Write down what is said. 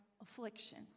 affliction